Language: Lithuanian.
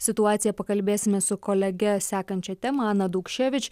situaciją pakalbėsime su kolege sekančia tema ana daukševič